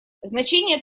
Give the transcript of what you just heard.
значение